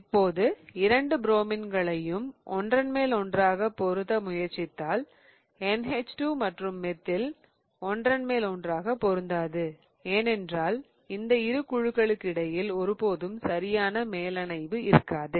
இப்போது இரண்டு புரோமின்களையும் ஒன்றன் மேல் ஒன்றாக பொருத்த முயற்சித்தால் NH2 மற்றும் மெத்தில் ஒன்றன் மேல் ஒன்றாக பொருந்தாது ஏனென்றால் இந்த இரு குழுக்களுக்கிடையில் ஒருபோதும் சரியான மேலமைவு இருக்காது